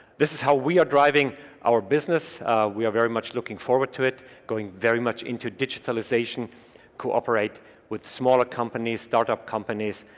this is how we are driving our business we are very much looking forward to it going very much into digitalization cooperate with smaller companies startup companies,